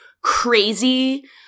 crazy